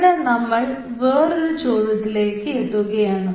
ഇവിടെ നമ്മൾ വേറൊരു ചോദ്യത്തിലേക്ക് എത്തുകയാണ്